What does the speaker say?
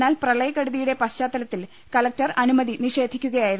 എന്നാൽ പ്രളയക്കെടുതിയുടെ പശ്ചാത്തലത്തിൽ കലക്ടർ അനുമതി നിഷേധിക്കുക യായിരുന്നു